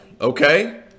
Okay